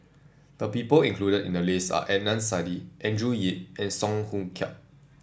the people included in the list are Adnan Saidi Andrew Yip and Song Hoot Kiam